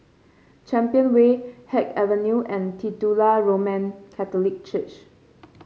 Champion Way Haig Avenue and Titular Roman Catholic Church